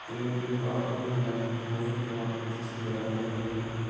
కొన్ని వాటర్ మనం త్రాగినప్పుడు కూడా కొన్ని వాటర్ చూసుకుంటూ త్రాగాలి ఎందుకంటే కొన్ని